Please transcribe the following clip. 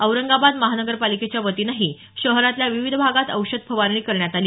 औरंगाबाद महापालिकेच्या वतीनं शहरातल्या विविध भागात औषध फवारणी करण्यात आली